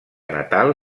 natal